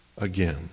again